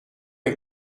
est